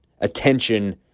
attention